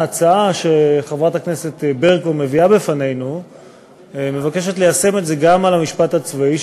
ההצעה שחברת הכנסת ברקו מביאה בפנינו מבקשת ליישם את זה גם במשפט הצבאי,